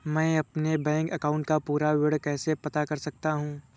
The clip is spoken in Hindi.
मैं अपने बैंक अकाउंट का पूरा विवरण कैसे पता कर सकता हूँ?